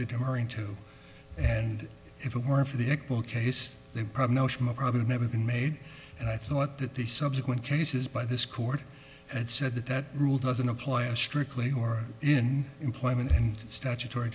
demurring too and if it weren't for the equal case they probably never been made and i thought that the subsequent cases by this court and said that that rule doesn't apply in strictly or in employment and statutory